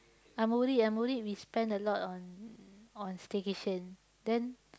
I'm worried I'm worried we spend a lot on on staycation then